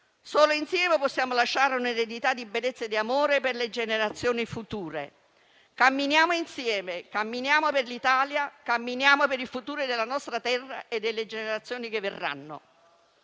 Solo insieme possiamo lasciare un'eredità di bellezza e di amore per le generazioni future. Camminiamo insieme, camminiamo per l'Italia e camminiamo per il futuro della nostra terra e delle generazioni che verranno.